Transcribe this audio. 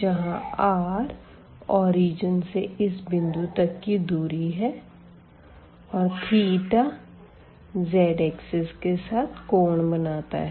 जहां r मूल बिंदु से इस बिंदु तक की दूरी है और z एक्सिस के साथ कोण बनाता है